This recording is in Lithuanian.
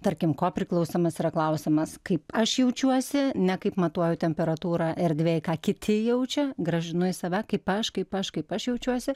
tarkim kopriklausomas yra klausiamas kaip aš jaučiuosi ne kaip matuoju temperatūrą erdvėj ką kiti jaučia grąžinu į save kaip aš kaip aš kaip aš jaučiuosi